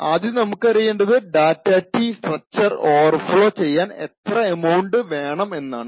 ആദ്യം നമുക്കറിയേണ്ടത് data T data T structure overflow ചെയ്യാൻ എത്ര അമൌണ്ട് വേണം എന്നാണ്